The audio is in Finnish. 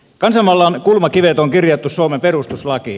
kansanvallan kulmakivet on kirjattu suomen perustuslakiin